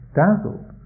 dazzled